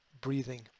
breathing